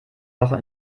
woche